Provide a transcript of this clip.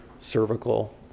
cervical